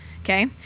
Okay